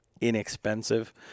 inexpensive